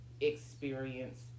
experience